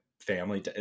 family